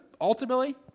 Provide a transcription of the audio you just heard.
ultimately